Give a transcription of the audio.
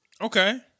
okay